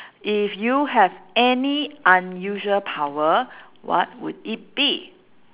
if you have any unusual power what would it be